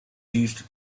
used